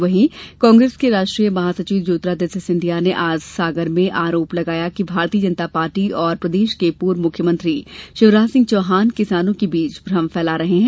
वहीं कांग्रेस के राष्ट्रीय महासचिव ज्योतिरादित्य सिंधिया ने आज सागर में आरोप लगाया कि भारतीय जनता पार्टी और प्रदेश के पूर्व मुख्यमंत्री शिवराज सिंह चौहान किसानों के बीच भ्रम फैला रहे हैं